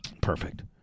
Perfect